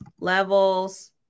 Levels